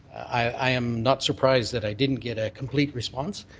i am not surprised that i didn't get a complete response.